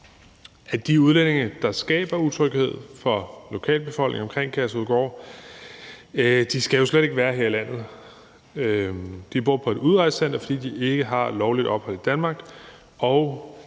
at de udlændinge, der skaber utryghed for lokalbefolkningen omkring Kærshovedgård, jo slet ikke skal være her i landet. De bor på et udrejsecenter, fordi de ikke har lovligt ophold i Danmark, og